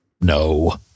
no